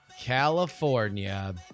California